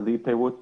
בלי פירוט נוסף,